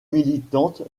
militante